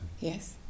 yes